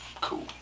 cool